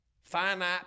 finite